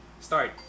Start